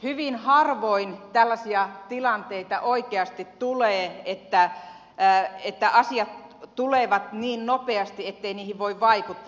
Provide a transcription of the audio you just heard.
hyvin harvoin tällaisia tilanteita oikeasti tulee että asiat tulevat niin nopeasti ettei niihin voi vaikuttaa